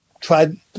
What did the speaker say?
tried